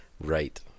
Right